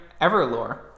Everlore